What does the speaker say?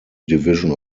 division